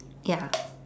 ya